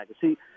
See